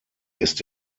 ist